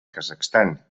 kazakhstan